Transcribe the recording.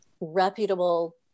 reputable